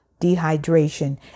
dehydration